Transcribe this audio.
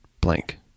blank